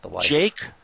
Jake